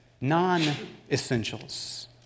non-essentials